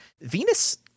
Venus